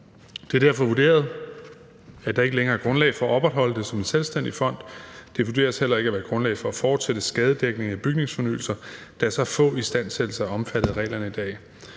Det er derfor vurderet, at der ikke længere er grundlag for at opretholde det som en selvstændig fond. Der vurderes heller ikke at være grundlag for at fortsætte skadesdækning af bygningsfornyelser, da så få istandsættelser er omfattet af reglerne i dag.